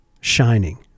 shining